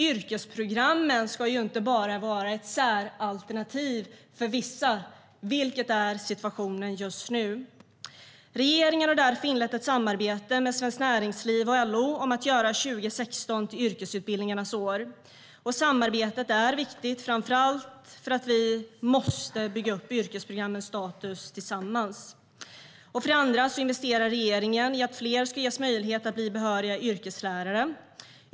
Yrkesprogrammen ska inte bara vara ett säralternativ för vissa, vilket är situationen just nu. Regeringen har därför inlett ett samarbete med Svenskt Näringsliv och LO om att göra 2016 till yrkesutbildningarnas år. Samarbetet är viktigt, framför allt för att vi måste bygga upp yrkesprogrammens status tillsammans. För det andra investerar regeringen i att fler ska ges möjlighet att bli behöriga yrkeslärare.